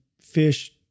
fish